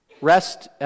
rest